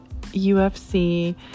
UFC